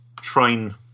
train